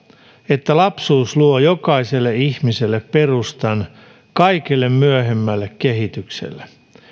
että lapsuus luo jokaiselle ihmiselle perustan kaikelle myöhemmälle kehitykselle